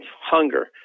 hunger